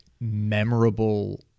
memorable